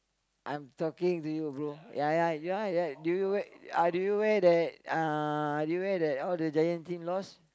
I'm talking to you bro ya ya do you why that do you why uh do you why that uh do you why that all the giant team lost